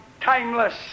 timeless